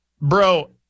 Bro